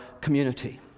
community